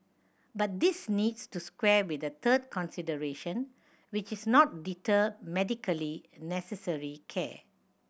but this needs to square with a third consideration which is not deter medically necessary care